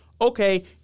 Okay